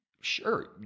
sure